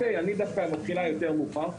אני מתחילה יותר מאוחר,